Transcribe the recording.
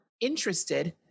interested